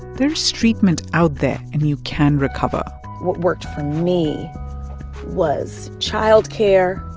there's treatment out there, and you can recover what worked for me was child care,